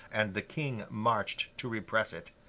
and the king marched to repress it.